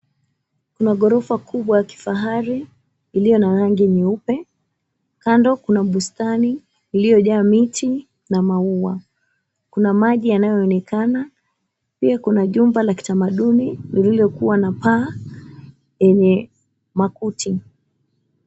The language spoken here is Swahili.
Kuna gorofa kubwa ya kifahari iliyo na rangi nyeupe, kando kuna bustani iliyojaa miti na maua. Kuna maji yanayoonekana, pia kuna jumba la kitamaduni lililokua na paa yenye makuti.